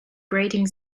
grating